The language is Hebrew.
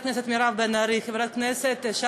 חברת הכנסת מירב בן-ארי,